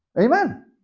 Amen